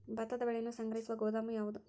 ಭತ್ತದ ಬೆಳೆಯನ್ನು ಸಂಗ್ರಹಿಸುವ ಗೋದಾಮು ಯಾವದು?